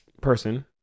person